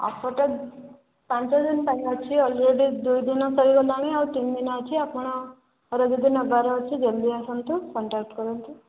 ଅଫରଟା ପାଞ୍ଚ ଦିନ ପାଇଁ ଅଛି ଅଲରେଡି ଦୁଇ ଦିନ ପଳେଇଗଲାଣି ଆଉ ତିନି ଦିନ ଅଛି ଆପଣ ଯଦି ନେବାର ଅଛି ଜଲଦି ଆସନ୍ତୁ କଣ୍ଟାକ୍ଟ କରନ୍ତୁ